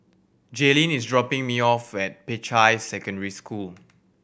Jalynn is dropping me off at Peicai Secondary School